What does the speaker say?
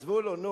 זבולון,